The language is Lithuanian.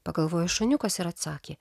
pagalvojo šuniukas ir atsakė